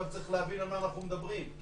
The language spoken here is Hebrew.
צריך להבין על מה אנחנו מדברים.